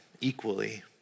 equally